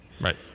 Right